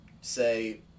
say